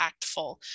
impactful